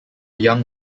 young